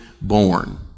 born